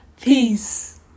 Peace